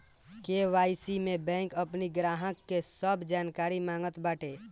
KYC में bank अपनी ग्राहक के सब जानकारी मांगत बाटे